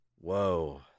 Whoa